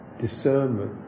discernment